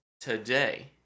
Today